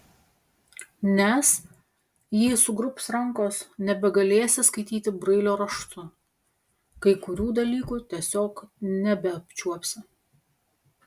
nes jei sugrubs rankos nebegalėsi skaityti brailio raštu kai kurių dalykų tiesiog nebeapčiuopsi